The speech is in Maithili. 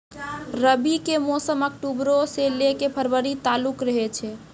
रबी के मौसम अक्टूबरो से लै के फरवरी तालुक रहै छै